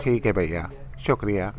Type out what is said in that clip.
ٹھیک ہے بھیا شکریہ